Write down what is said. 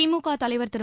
திமுக தலைவர் திரு